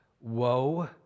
woe